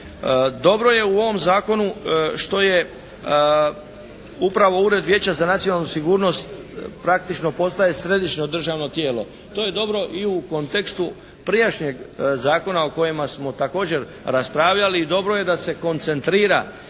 Dobro je u ovom zakonu što je upravo Ured vijeća za nacionalnu sigurnost praktično postaje Središnje državno tijelo. To je dobro i u kontekstu prijašnjeg zakona o kojima smo također raspravljali i dobro je da se koncentrira